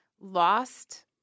lost